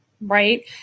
right